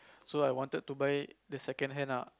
so I wanted to buy the second hand ah